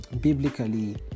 biblically